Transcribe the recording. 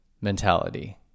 mentality